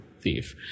thief